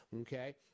Okay